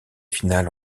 finale